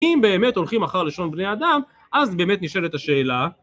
אם באמת הולכים אחר לשון בני אדם, אז באמת נשאלת השאלה.